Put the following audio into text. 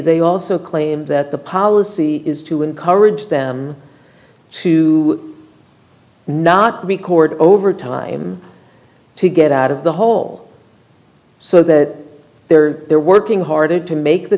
they also claim that the policy is to encourage them to not record over time to get out of the hole so that they're they're working hard to make the